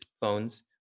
phones